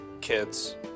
kids